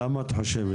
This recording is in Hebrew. למה את חושבת?